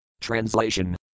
Translation